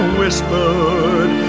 whispered